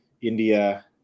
India